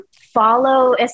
follow